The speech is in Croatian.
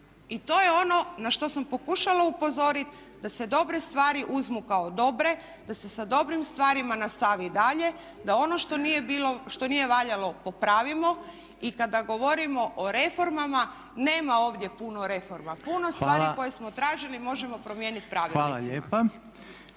I to je ono na što sam pokušala upozoriti da se dobre stvari uzmu kao dobre, da se sa dobrim stvarima nastavi i dalje, da ono što nije valjalo popravimo. I kada govorimo o reformama, nema ovdje puno reforma. Puno stvari koje smo tražili možemo promijenili pravilnicima.